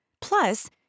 Plus